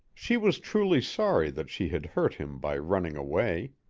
she was truly sorry that she had hurt him by running away.